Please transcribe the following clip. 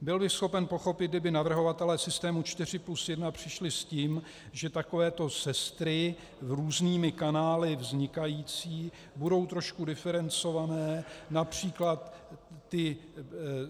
Byl bych schopen pochopit, kdyby navrhovatelé systému čtyři plus jedna přišli s tím, že takovéto sestry různými kanály vznikající budou trošku diferencované, například ty